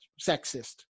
sexist